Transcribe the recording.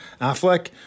Affleck